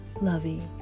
lovey